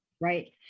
right